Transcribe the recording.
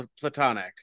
platonic